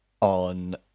on